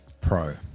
Pro